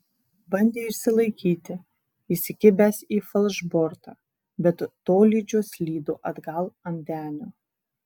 bandė išsilaikyti įsikibęs į falšbortą bet tolydžio slydo atgal ant denio